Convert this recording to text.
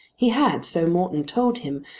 he had, so morton told him,